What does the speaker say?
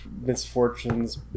Misfortunes